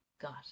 got